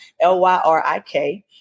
L-Y-R-I-K